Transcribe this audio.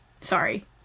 Sorry